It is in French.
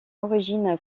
origine